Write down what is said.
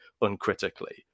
uncritically